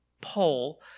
poll